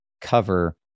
cover